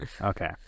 Okay